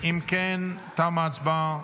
אם כן, תמה ההצבעה.